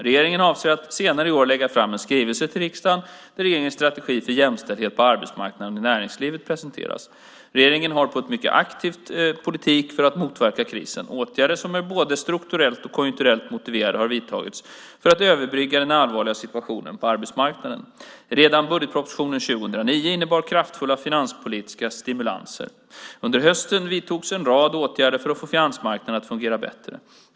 Regeringen avser att senare i år lägga fram en skrivelse till riksdagen där regeringens strategi för jämställdhet på arbetsmarknaden och i näringslivet presenteras. Regeringen har bedrivit en mycket aktiv politik för att motverka krisen. Åtgärder som är både strukturellt och konjunkturellt motiverade har vidtagits för att överbrygga den allvarliga situationen på arbetsmarknaden. Redan budgetpropositionen 2009 innebar kraftfulla finanspolitiska stimulanser. Under hösten vidtogs en rad åtgärder för att få finansmarknaderna att fungera bättre.